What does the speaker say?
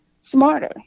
smarter